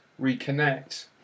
Reconnect